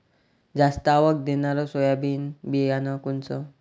जास्त आवक देणनरं सोयाबीन बियानं कोनचं?